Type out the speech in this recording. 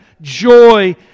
joy